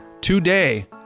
Today